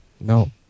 No